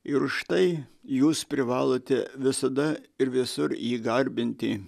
ir štai jūs privalote visada ir visur jį garbinti